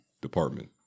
department